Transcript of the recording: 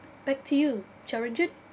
back to you charlie jun